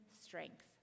strength